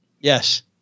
Yes